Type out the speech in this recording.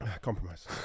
Compromise